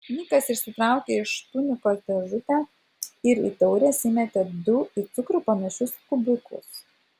nikas išsitraukė iš tunikos dėžutę ir į taures įmetė du į cukrų panašius kubiukus